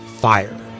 fire